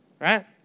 right